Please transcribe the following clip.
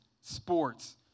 sports